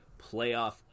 playoff